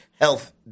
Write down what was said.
health